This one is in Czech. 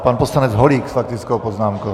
Pan poslanec Holík s faktickou poznámkou.